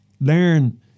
learn